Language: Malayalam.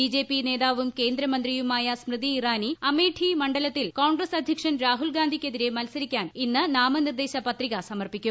ബി ജെ പി നേതാവും കേന്ദ്രമന്ത്രിയുമായ സ്മൃതി ഇറാനി അമേഠി മണ്ഡലത്തിൽ കോൺഗ്രസ്സ് അധ്യക്ഷൻ രാഹുൽഗാന്ധിയ്ക്കെതിരെ മത്സരിക്കാൻ ഇന്ന് നാമനിർദ്ദേശപത്രിക സമർപ്പിക്കും